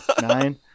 nine